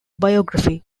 biography